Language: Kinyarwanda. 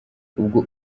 ubwo